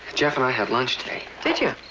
jeff and i had lunch today. did you?